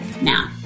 now